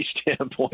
standpoint